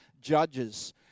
judges